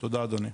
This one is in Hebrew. תודה אדוני.